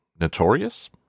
notorious